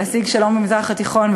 להשיג שלום במזרח התיכון,